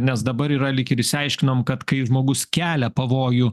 nes dabar yra lyg ir išsiaiškinom kad kai žmogus kelia pavojų